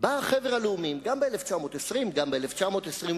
בא חבר הלאומים, גם ב-1920, גם ב-1922,